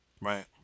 Right